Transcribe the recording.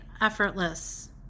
effortless